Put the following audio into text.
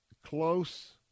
close